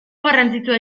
garrantzitsua